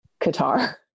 Qatar